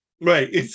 Right